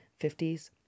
50s